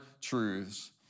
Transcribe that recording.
truths